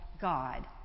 God